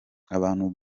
abantu